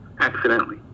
Accidentally